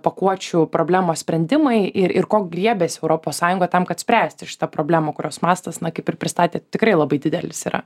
pakuočių problemos sprendimai ir ir ko griebiasi europos sąjunga tam kad spręsti šitą problemą kurios mastas kaip ir pristatė tikrai labai didelis yra